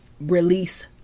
release